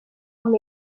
amb